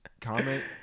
comment